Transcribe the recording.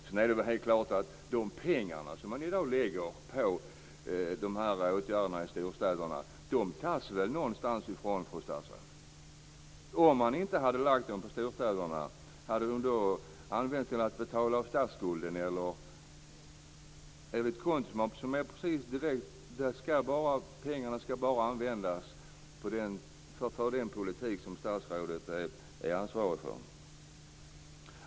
Det är väl helt klart att de pengar man lägger på dessa åtgärder i storstäderna tas någonstans ifrån, fru statsråd. Hade de använts till att betala av statsskulden om man inte hade lagt dem på storstäderna, eller finns det ett konto med pengar som bara skall användas för den politik som statsrådet är ansvarig för?